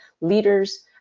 leaders